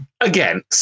again